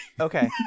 Okay